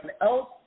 else